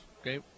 Okay